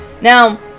Now